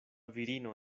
virino